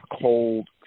cold